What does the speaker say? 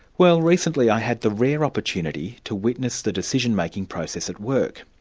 well recently i had the rare opportunity to witness the decision-making process at work.